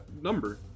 number